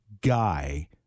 guy